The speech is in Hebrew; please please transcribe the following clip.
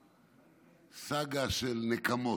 בסאגה של נקמות.